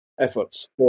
efforts